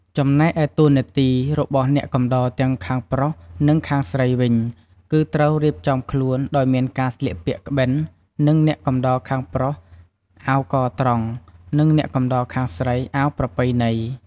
ចំណែកឯតួនាទីរបស់អ្នកកំដរទាំងខាងប្រុស និងខាងស្រីវិញ គឺត្រូវរៀបចំខ្លួន ដោយមានការស្លៀកពាក់ក្បិន និងអ្នកកំដរខាងប្រុសអាវកត្រង់ និងអ្នកកំដរខាងស្រីអាវប្រពៃណី។